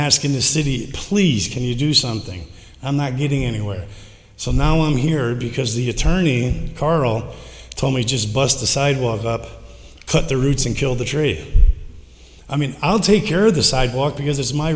asking the city please can you do something i'm not getting anywhere so now i'm here because the attorney carle told me just bust the sidewalk up cut the roots and kill the tree i mean i'll take care of the sidewalk because it's my